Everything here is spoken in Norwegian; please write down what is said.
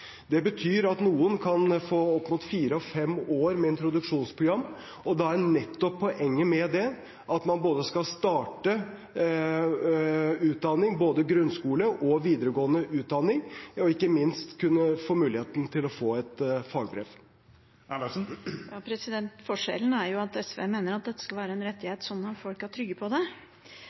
Det betyr at noen kan få opp mot fire–fem år med introduksjonsprogram. Poenget med det er at man skal starte utdanning, både grunnskole og videregående utdanning, og ikke minst kunne få muligheten til å ta et fagbrev. Forskjellen er jo at SV mener at dette skal være en rettighet, sånn at folk er trygge på det.